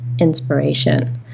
inspiration